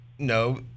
No